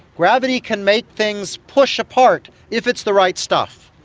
gravity can make things push apart if it's the right stuff,